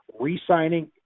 re-signing